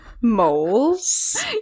moles